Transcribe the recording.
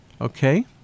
Okay